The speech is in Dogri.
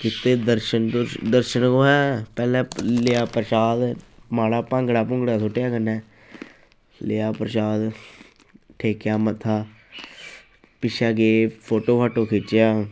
कीते दर्शन दर्शन कुत्थैं पैह्लें लेआ प्रशाद माड़ा भांगड़ा भुंगड़ा सुट्टेआ कन्नै लेआ प्रशाद टेकेआ मत्था पिच्छें गे फोटो फाटो खिच्चेआ